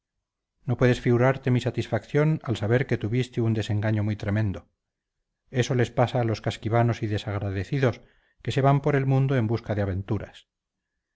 no puedes figurarte mi satisfacción al saber que tuviste un desengaño muy tremendo eso les pasa a los casquivanos y desagradecidos que se van por el mundo en busca de aventuras